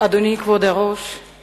אדוני כבוד היושב-ראש,